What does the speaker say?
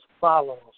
follows